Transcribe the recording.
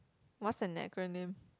what's an acronym